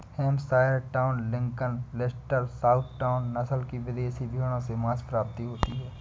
Hampshire down, Lincoln, Leicester, south down, नस्ल की विदेशी भेंड़ों से माँस प्राप्ति होती है